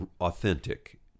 authentic